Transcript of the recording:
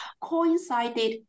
coincided